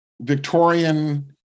Victorian